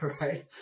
right